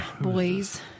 Boys